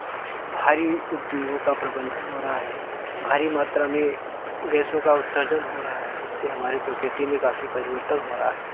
भारी उद्योगों का प्रबंधन हो रहा है भारी मात्रा में गैसों का उत्सर्जन हो रहा है जिससे हमारे प्रकृति में काफ़ी परिवर्तन हो रहा है